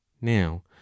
now